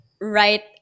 right